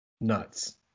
Nuts